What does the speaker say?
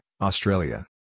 Australia